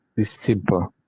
is simple.